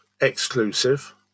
exclusive